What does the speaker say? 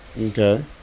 Okay